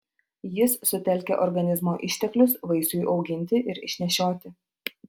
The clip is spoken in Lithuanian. jis sutelkia organizmo išteklius vaisiui auginti ir išnešioti